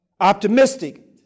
Optimistic